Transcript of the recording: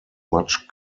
much